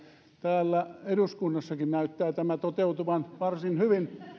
täällä eduskunnassakin näyttää tämä toteutuvan varsin hyvin